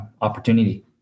opportunity